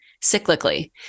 cyclically